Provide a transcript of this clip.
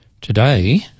Today